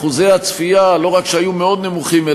אחוזי הצפייה לא רק שהיו מאוד נמוכים,